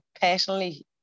personally